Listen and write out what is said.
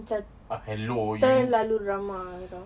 macam terlalu drama lah